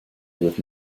with